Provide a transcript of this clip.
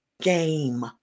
game